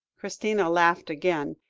christina laughed again.